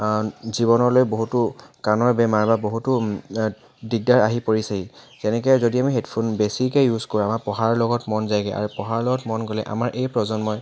জীৱনলৈ বহুতো কাণৰ বেমাৰ বা বহুতো দিগদাৰ আহি পৰিছেহি যেনেকৈ যদি আমি হেডফোন বেছিকৈ ইউজ কৰা বা পঢ়াৰ লগত মন যায়গৈ আৰু পঢ়াৰ লগত মন গ'লে আমাৰ এই প্ৰজন্মই